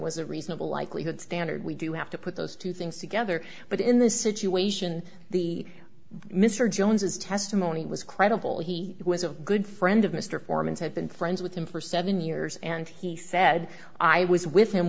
a reasonable likelihood standard we do have to put those two things together but in this situation the mr jones his testimony was credible he was a good friend of mr foreman's had been friends with him for seven years and he said i was with him